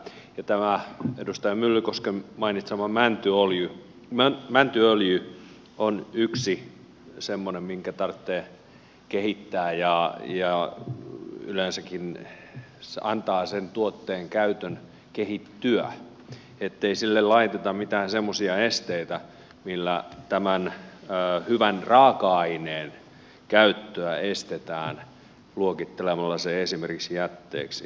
tämä edustaja myllykosken mainitsema mäntyöljy on yksi semmoinen jota tarvitsee kehittää ja yleensäkin antaa sen tuotteen käytön kehittyä ettei sille laiteta mitään semmoisia esteitä millä tämän hyvän raaka aineen käyttöä estetään luokittelemalla se esimerkiksi jätteeksi